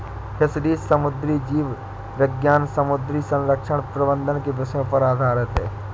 fisheries समुद्री जीव विज्ञान समुद्री संरक्षण प्रबंधन के विषयों पर आधारित है